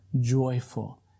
joyful